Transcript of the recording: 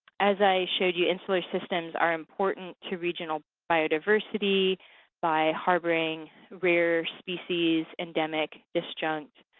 as i showed you, insular systems are important to regional biodiversity by harboring rare species, endemic, disjunct,